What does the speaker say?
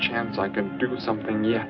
chance i can do something ye